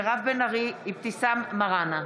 מירב בן ארי ואבתיסאם מראענה.